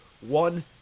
One